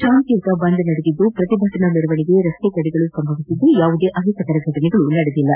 ಶಾಂತಿಯುತ ಬಂದ್ ನಡೆದಿದ್ದು ಪ್ರತಿಭಟನಾ ಮೆರವಣಿಗೆ ರಸ್ತೆ ತಡೆಗಳು ಸಂಭವಿಸಿದ್ದು ಯಾವುದೇ ಅಹಿತಕರ ಫಟನೆ ನಡೆದಿಲ್ಲ